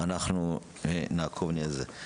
אנחנו נעקוב על זה.